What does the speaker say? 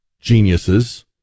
geniuses